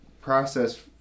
process